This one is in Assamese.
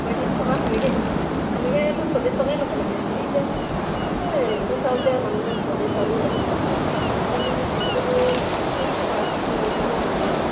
পঁয়ত্ৰিছ টকা সেনেকে এনেকে ন চল্লিছ টকাই ল'ব লাগে খালি এতিয়া এই এইবোৰ চাউল দিয়া মানুহৰ চাউলবোৰ ওলাইছে যে সেইকাৰণে কৌপাটিবোৰ ত্ৰিছ টকা মই লৈ থৈ দিওঁ মানুহবোৰৰ পৰা